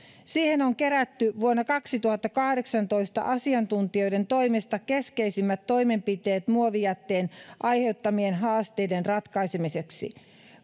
siihen on kerätty vuonna kaksituhattakahdeksantoista asiantuntijoiden toimesta keskeisimmät toimenpiteet muovijätteen aiheuttamien haasteiden ratkaisemiseksi